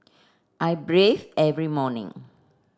I bathe every morning